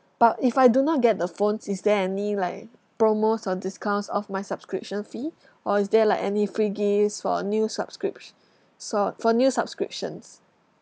but if I do not get the phones is there any like promos or discounts of my subscription fee or is there like any free gifts for a new subscriptio~ so~ for new subscriptions